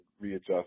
readjust